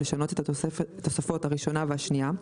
לשנות את התוספות הראשונה והשנייה,